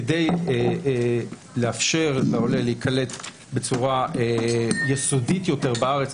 כדי לאפשר לעולה להיקלט בצורה יסודית יותר בארץ,